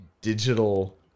digital